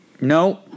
No